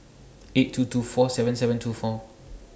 eight two two four seven seven two four